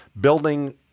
building